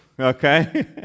Okay